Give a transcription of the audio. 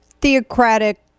theocratic